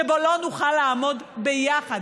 שבו לא נוכל לעמוד ביחד.